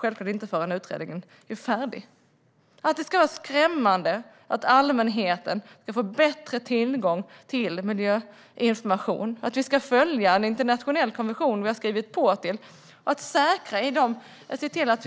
Det är inte skrämmande att allmänheten ska få bättre tillgång till miljöinformation, att vi ska följa en internationell konvention som vi har skrivit på och att vi ska se till att